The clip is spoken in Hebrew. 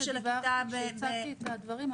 כשהצגתי את הדברים,